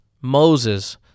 Moses